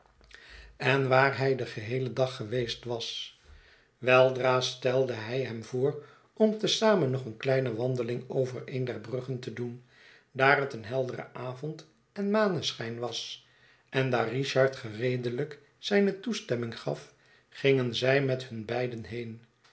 en waar hij den geheelen dag geweest was weldra stelde hij hem voor om te zamen nog eene kleine wandeling over een der bruggen te doen daar het een heldere avond en maneschijn was en daar richard gereedelijk zijne toestemming gaf gingen zij met hun beiden heen